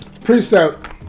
precept